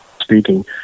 speaking